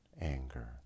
anger